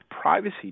Privacy